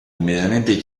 immediatamente